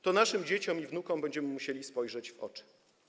To naszym dzieciom i wnukom będziemy musieli spojrzeć w oczy.